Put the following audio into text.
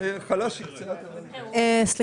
שלא נכון --- אבל זה לא רק הייעוץ המשפטי,